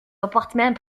appartements